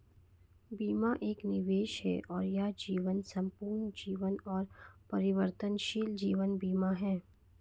बीमा एक निवेश है और यह जीवन, संपूर्ण जीवन और परिवर्तनशील जीवन बीमा है